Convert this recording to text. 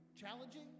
challenging